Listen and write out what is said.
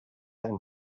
and